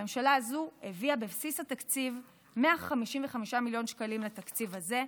הממשלה הזו הביאה בבסיס התקציב 155 מיליון שקלים לתקציב הזה,